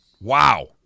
wow